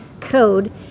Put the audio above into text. code